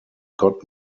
got